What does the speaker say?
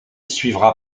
suivra